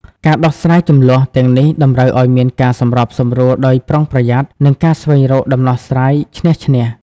ការដោះស្រាយជម្លោះទាំងនេះតម្រូវឲ្យមានការសម្របសម្រួលដោយប្រុងប្រយ័ត្ន និងការស្វែងរកដំណោះស្រាយឈ្នះ-ឈ្នះ។